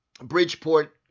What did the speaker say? Bridgeport